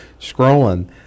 scrolling